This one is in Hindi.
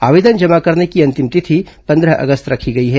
आवेदन जमा करने की अंतिम तिथि पंद्रह अगस्त रखी गई है